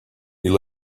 you